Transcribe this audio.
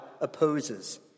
opposes